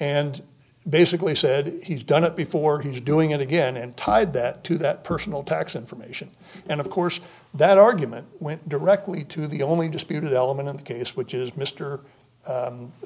and basically said he's done it before he's doing it again and tied that to that personal tax information and of course that argument went directly to the only disputed element in the case which is mr